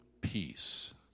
peace